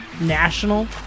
national